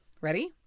Ready